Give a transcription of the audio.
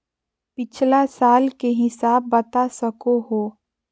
पिछला साल के हिसाब बता सको हो?